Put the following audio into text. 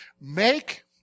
Make